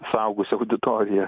suaugusi auditorija